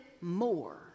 more